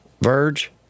Verge